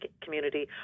community